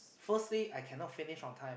firstly I cannot finish on time